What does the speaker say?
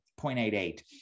0.88